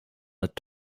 that